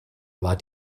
war